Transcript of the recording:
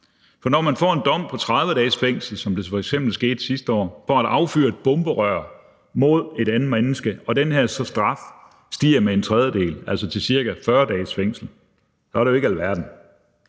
For når man får en dom på 30 dages fængsel – som det f.eks. skete sidste år – for at affyre et bomberør mod et andet menneske, og den her straf så stiger med en tredjedel til ca. 40 dages fængsel, så er det jo ikke alverden.